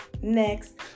Next